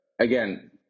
again